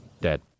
Dead